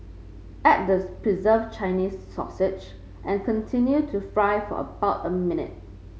add the preserved Chinese sausage and continue to fry for about a minute